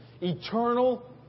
Eternal